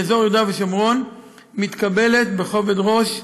לאזור יהודה ושומרון מתקבלת בכובד ראש,